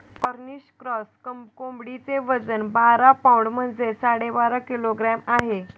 Cornish cross कोंबडीचे वजन बारा पौंड म्हणजेच साडेपाच किलोग्रॅम आहे